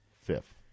fifth